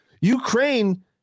Ukraine